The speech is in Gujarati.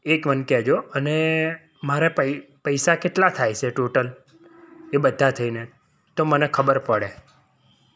એક મને કહેજો અને મારે પૈસા કેટલા થાય છે ટોટલ એ બધા થઈને તો મને ખબર પડે